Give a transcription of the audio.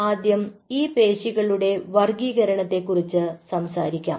ആദ്യം ഈ പേശികളുടെ വർഗ്ഗീകരണത്തെക്കുറിച്ച് സംസാരിക്കാം